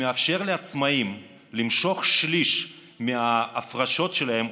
שמאפשר לעצמאים למשוך שליש מההפרשות שלהם,